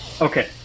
Okay